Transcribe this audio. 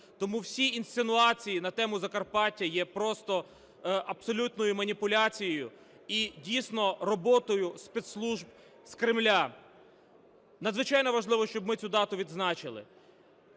тому всі інсинуації на тему Закарпаття є просто абсолютною маніпуляцією і дійсно роботою спецслужб з Кремля. Надзвичайно важливо, щоб ми цю дату відзначили.